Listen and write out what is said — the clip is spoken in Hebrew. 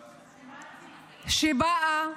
שבאה,